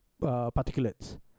particulates